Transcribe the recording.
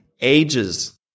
ages